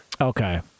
Okay